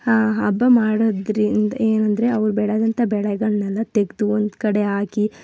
ಹಬ್ಬ ಮಾಡೋದ್ರಿಂದ ಏನೆಂದ್ರೆ ಅವ್ರು ಬೆಳೆದಂಥ ಬೆಳೆಗಳನೆಲ್ಲ ತೆಗೆದು ಒಂದು ಕಡೆ ಹಾಕಿ